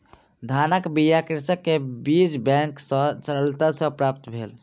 धानक बीया कृषक के बीज बैंक सॅ सरलता सॅ प्राप्त भेल